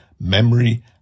memory